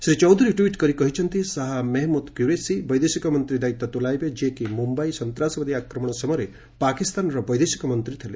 Shri Chaudhary tweet କରି କହିଛନ୍ତି ଶାହା ମେହମୁଦ୍ କ୍ୟୁରେସି ବୈଦେଶିକ ମନ୍ତ୍ରୀ ଦାୟିତ୍ୱ ତୁଲାଇବେ ଯିଏକି ମୁମ୍ୟାଇ ସନ୍ତାସବାଦୀ ଆକ୍ରମଣ ସମୟରେ ପାକିସ୍ତାନର ବୈଦେଶିକ ମନ୍ତ୍ରୀ ଥିଲେ